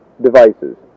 devices